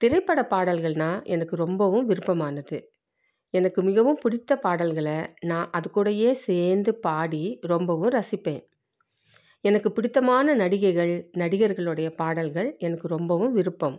திரைப்படப் பாடல்கள்னால் எனக்கு ரொம்பவும் விருப்பமானது எனக்கு மிகவும் பிடித்த பாடல்களை நான் அதுகூடவே சேர்ந்து பாடி ரொம்பவும் ரசிப்பேன் எனக்கு பிடித்தமான நடிகைகள் நடிகர்களோடைய பாடல்கள் எனக்கு ரொம்பவும் விருப்பம்